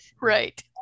Right